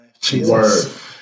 Jesus